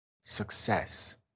success